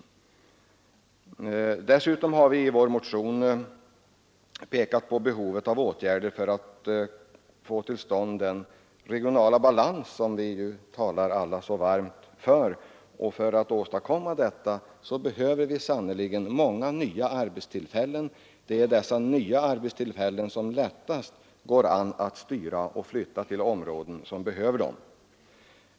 Vi har dessutom i vår motion visat på behovet av åtgärder för att få till stånd den regionala balans som alla talar så varmt för. För att åstadkomma den behöver vi sannerligen många nya arbetstillfällen. Det är dessa nya arbetstillfällen som lättast går att styra och flytta till områden som behöver dem.